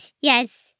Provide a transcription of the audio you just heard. yes